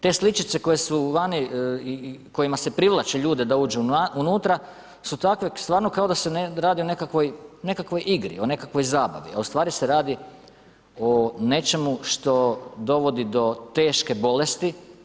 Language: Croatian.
Te sličice koje su vani i kojima se privlače da uđu unutra, su takve stvarno kao da se radi o nekakvoj igri, o nekakvoj zabavi, a ustvari se radi o nečemu što dovodi do teške bolesti.